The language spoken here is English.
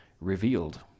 revealed